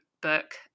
book